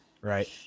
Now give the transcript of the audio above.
right